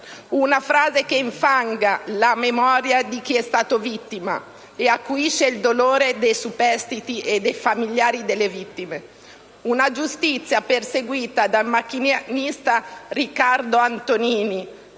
Una frase che infanga la memoria di chi è stato vittima e acuisce il dolore dei superstiti e dei familiari delle vittime. Una giustizia perseguita dal macchinista Riccardo Antonini